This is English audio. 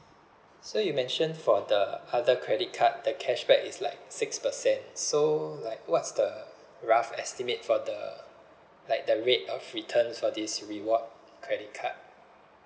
so you mentioned for the other credit card the cashback is like six percent so like what's the rough estimate for the like the rate of returns for this reward credit card